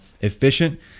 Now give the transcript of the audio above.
efficient